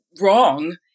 wrong